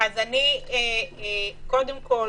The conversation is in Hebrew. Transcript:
אז אני קודם כל